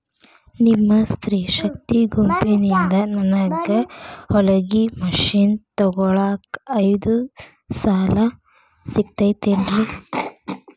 ನಿಮ್ಮ ಸ್ತ್ರೇ ಶಕ್ತಿ ಗುಂಪಿನಿಂದ ನನಗ ಹೊಲಗಿ ಮಷೇನ್ ತೊಗೋಳಾಕ್ ಐದು ಸಾಲ ಸಿಗತೈತೇನ್ರಿ?